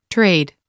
Trade